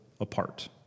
apart